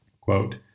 Quote